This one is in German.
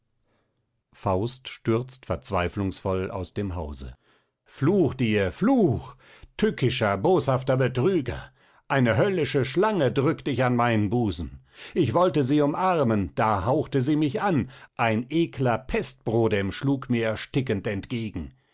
faust stürzt verzweiflungsvoll aus dem hause fluch dir fluch tückischer boshafter betrüger eine höllische schlange drückt ich an meinen busen ich wollte sie umarmen da hauchte sie mich an ein ekler pestbrodem schlug mir erstickend entgegen